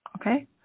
Okay